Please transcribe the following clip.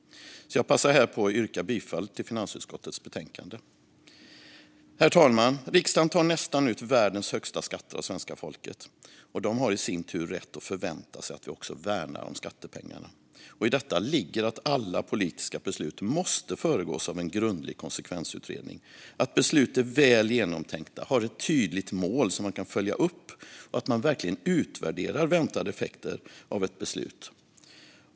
Jag passar därför på att yrka bifall till utskottets förslag i betänkandet. Herr talman! Riksdagen tar ut nästan världens högsta skatter av svenska folket. De har i sin tur rätt att förvänta sig att vi värnar om skattepengarna. I detta ligger att alla politiska beslut måste föregås av en grundlig konsekvensutredning, att beslut är väl genomtänkta och har ett tydligt mål som man kan följa upp och att man verkligen utvärderar väntade effekter av ett beslut.